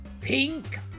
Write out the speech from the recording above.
Pink